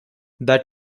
that